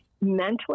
mentally